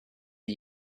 are